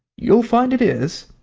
you'll find it is.